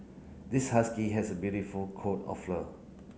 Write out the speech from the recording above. this husky has a beautiful coat of fur